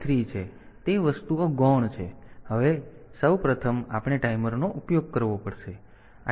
તેથી તે વસ્તુઓ ગૌણ છે અને હવે સૌ પ્રથમ આપણે ટાઈમરનો ઉપયોગ કરવો પડશે